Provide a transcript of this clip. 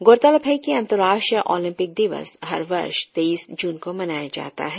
गौरतलब है की अंतर्राष्ट्रीय ऑलिम्पिक दिवस हर वर्ष तेइस ज्न को मनाया जाता है